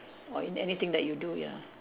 or in anything that you do ya